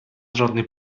żadnej